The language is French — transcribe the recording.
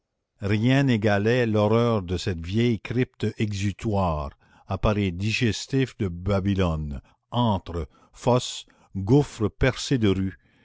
rien n'égalait l'horreur de cette vieille crypte exutoire appareil digestif de babylone antre fosse gouffre percé de rues